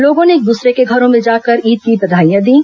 लोगों ने एक दूसरे के घरों में जाकर ईद की बधाईयां दीं